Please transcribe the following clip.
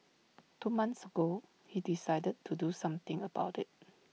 two months ago he decided to do something about IT